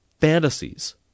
fantasies